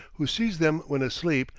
who seized them when asleep,